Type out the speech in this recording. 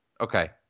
Okay